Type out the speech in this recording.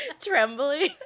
trembling